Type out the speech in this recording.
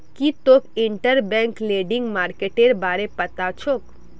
की तोक interbank lending मार्केटेर बारे पता छोक